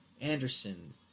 Anderson